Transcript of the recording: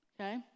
Okay